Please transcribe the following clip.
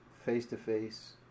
face-to-face